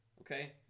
okay